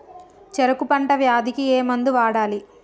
చెరుకు పంట వ్యాధి కి ఏ మందు వాడాలి?